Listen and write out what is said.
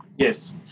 Yes